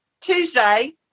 Tuesday